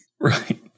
right